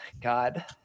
God